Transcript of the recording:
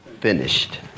finished